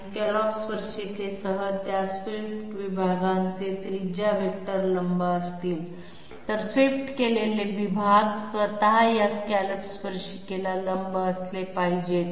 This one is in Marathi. स्कॅलॉप स्पर्शिकेसह त्या स्वीप्ट विभागांचे त्रिज्या वेक्टर लंब असतील तर स्वीप्ट केलेले विभाग स्वतः या स्कॅलॉप स्पर्शिकेला लंब असले पाहिजेत असे नाही